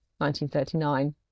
1939